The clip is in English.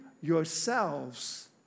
yourselves